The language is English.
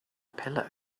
pillow